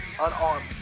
unarmed